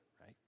right